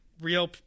real